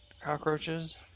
Cockroaches